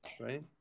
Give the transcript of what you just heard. right